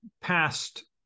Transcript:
past